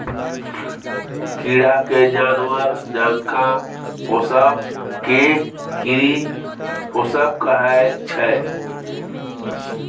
कीरा केँ जानबर जकाँ पोसब केँ कीरी पोसब कहय छै